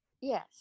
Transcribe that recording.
Yes